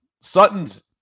Sutton's